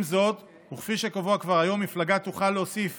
עם זאת, וכפי שקבוע כבר היום, מפלגה תוכל להוסיף